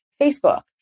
Facebook